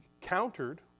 countered